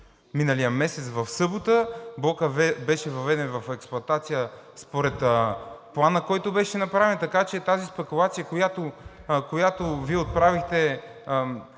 миналия месец, в събота. Блокът беше въведен в експлоатация според плана, който беше направен. Така че тази спекулация, която Вие отправихте